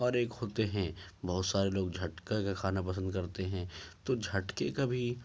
اور ایک ہوتے ہیں بہت سارے لوگ جھٹکے کا کھانا پسند کرتے ہیں تو جھٹکے کا بھی